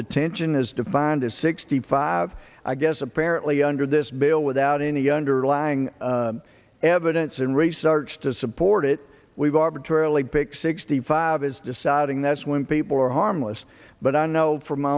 detention is defined as sixty five i guess apparently under this bill without any underlying evidence and research to support it we've arbitrarily pick sixty five is deciding that's when people are harmless but i know from my